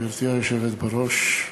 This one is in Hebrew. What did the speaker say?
גברתי היושבת בראש,